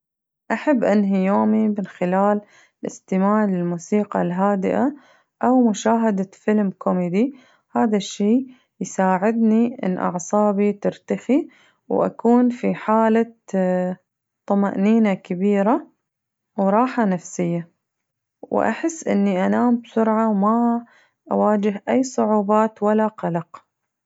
أحب أنهي يومي من خلال الاستماع للموسيقى الهادئة أو مشاهدة فلم كوميدي، هذا الشي يساعدني إن أعصابي ترتخي وأكون في حالة طمأنينة كبيرة وراحة نفسية وأحس إني أنام بسرعة وما أواجه أي صعوبات ولا قلق.